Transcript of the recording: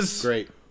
great